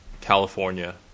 California